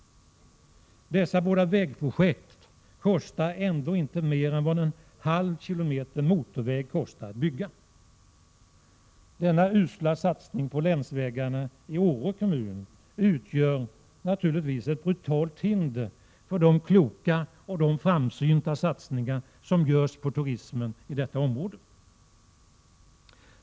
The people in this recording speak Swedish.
Kostnaden för dessa båda vägprojekt uppgår ändå inte till mer än vad det kostar att bygga en halv kilometer motorväg. Denna usla satsning på länsvägarna i Åre kommun utgör naturligtvis ett brutalt hinder för de kloka och framsynta satsningar som görs på turism i detta område.